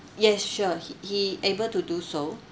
yes sure he he able to do so